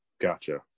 gotcha